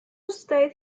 state